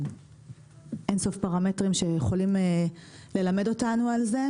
אין-סוף פרמטרים שיכולים ללמד אותנו על זה,